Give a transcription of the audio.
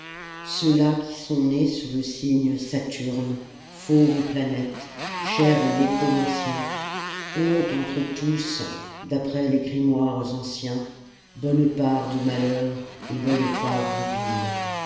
ceux-là qui sont nés sous le signe saturne fauve planète chère aux nécromanciens ont entre tous d'après les grimoires anciens bonne part de malheur et bonne part de bile